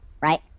Right